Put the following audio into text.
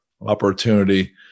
opportunity